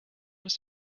ist